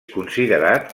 considerat